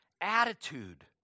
attitude